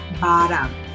bottom